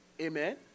amen